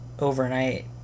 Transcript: overnight